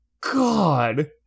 God